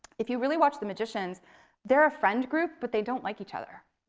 if you really watch the magicians they're a friends group but they don't like each other.